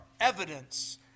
evidence